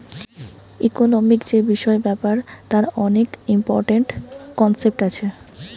economic যে বিষয় ব্যাপার তার অনেক ইম্পরট্যান্ট কনসেপ্ট আছে